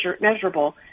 measurable